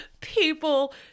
People